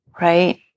Right